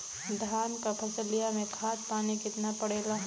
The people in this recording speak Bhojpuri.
धान क फसलिया मे खाद पानी कितना पड़े ला?